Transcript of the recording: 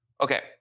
Okay